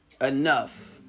enough